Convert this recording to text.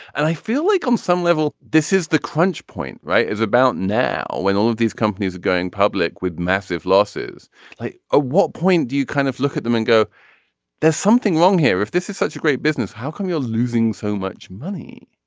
and i feel like on some level this is the crunch point right. is about now when all of these companies are going public with massive losses like a what point do you kind of look at them and go there's something wrong here if this is such a great business how come you're losing so much money.